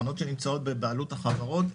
שנמצאות בבעלות החברות,